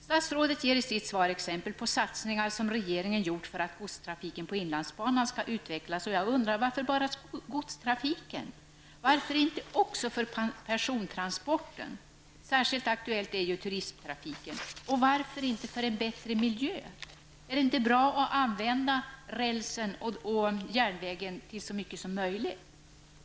Statsrådet ger i sitt svar exempel på satsningar som regeringen gjort för att godstrafiken på inlandsbanan skall utvecklas. Jag undrar: Varför bara godstrafiken? Varför inte också för persontransporterna? Särskilt aktuell är ju turisttrafiken. Och varför inte för en bättre miljö? Är det inte bra att använda rälsen och järnvägen till så mycket som möjligt?